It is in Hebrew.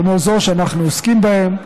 כמו אלה שאנחנו עוסקים בהן,